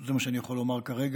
זה מה שאני יכול לומר כרגע.